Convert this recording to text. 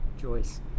Joyce